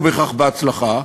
לא בהכרח בהצלחה,